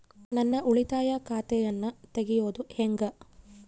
ನಾನು ಉಳಿತಾಯ ಖಾತೆಯನ್ನ ತೆರೆಯೋದು ಹೆಂಗ?